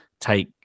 take